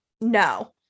no